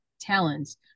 Talents